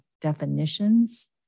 definitions